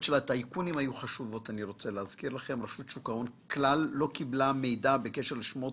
של הטייקונים היו חשובות) רשות שוק ההון כלל לא קיבלה מידע בקשר לשמות